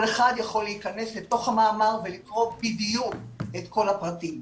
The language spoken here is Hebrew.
כל אחד יכול להיכנס לתוך המאמר ולקרוא בדיוק את כל הפרטים.